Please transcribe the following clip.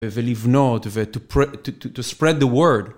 ולבנות, to spread the word